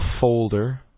folder